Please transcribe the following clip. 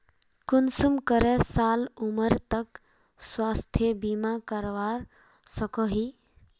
कुंसम करे साल उमर तक स्वास्थ्य बीमा करवा सकोहो ही?